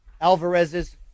Alvarez's